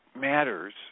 matters